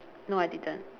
no I didn't